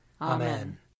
Amen